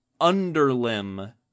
underlimb